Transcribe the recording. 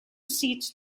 seats